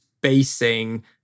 basing